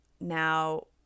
now